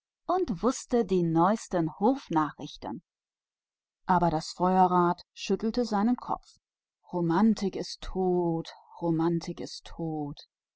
und die letzten hofneuigkeiten wußte aber das feuerrad schüttelte den kopf die romantik ist tot die romantik ist tot